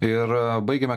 ir baigėme